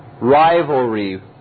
rivalry